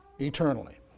eternally